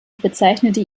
bezeichnete